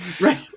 Right